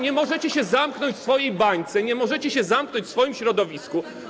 Nie możecie się zamknąć w swojej bańce, nie możecie się zamknąć w swoim środowisku.